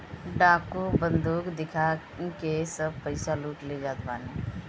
डाकू बंदूक दिखाई के सब पईसा लूट ले जात बाने